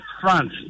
France